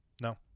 no